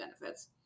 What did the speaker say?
benefits